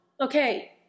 okay